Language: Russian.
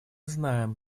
знаем